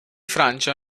francia